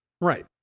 Right